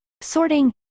Sorting